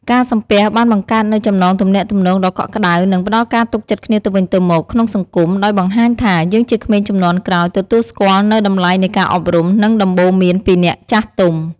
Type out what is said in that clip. ការសំពះបានបង្កើតនូវចំណងទំនាក់ទំនងដ៏កក់ក្ដៅ និងផ្ដល់ការទុកចិត្តគ្នាទៅវិញទៅមកក្នុងសង្គម ដោយបង្ហាញថា យើងជាក្មេងជំនាន់ក្រោយ ទទួលស្គាល់នូវតម្លៃនៃការអប់រំ និងដំបូន្មានពីអ្នកចាស់ទុំ។